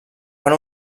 fan